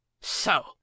So